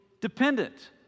dependent